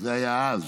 זה היה אז.